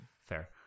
Fair